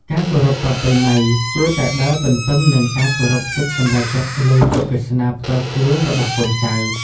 ការគោរពប្រពៃណី គួរតែដើរទន្ទឹមនឹងការគោរពសិទ្ធិសម្រេចចិត្តលើជោគវាសនាផ្ទាល់ខ្លួនរបស់កូនចៅ។